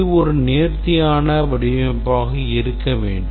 இது ஒரு நேர்த்தியான வடிவமைப்பாக இருக்க வேண்டும்